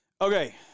Okay